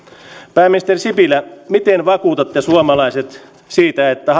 pääministeri sipilä miten vakuutatte suomalaiset siitä että